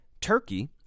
Turkey